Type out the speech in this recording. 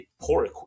poor